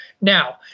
Now